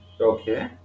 Okay